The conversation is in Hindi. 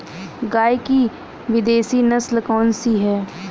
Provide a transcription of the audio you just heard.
गाय की विदेशी नस्ल कौन सी है?